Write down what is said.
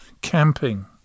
camping